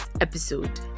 episode